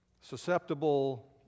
susceptible